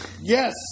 Yes